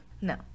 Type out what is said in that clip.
No